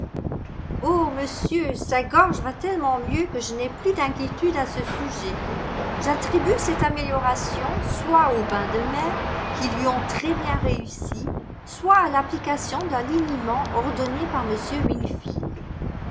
oh monsieur sa gorge va tellement mieux que je n'ai plus d'inquiétude à ce sujet j'attribue cette amélioration soit aux bains de mer qui lui ont très bien réussi soit à l'application d'un liniment ordonné par m wingfield